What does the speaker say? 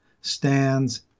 stands